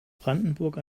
brandenburg